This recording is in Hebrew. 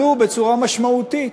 עלו בצורה משמעותית.